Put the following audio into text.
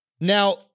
Now